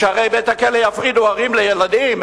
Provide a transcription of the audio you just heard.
בשערי בית-הכלא יפרידו הורים מילדים.